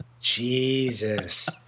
Jesus